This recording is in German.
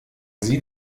sie